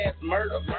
murder